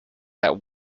that